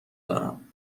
دارم